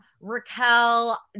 Raquel